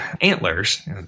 antlers